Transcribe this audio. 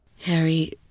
Harry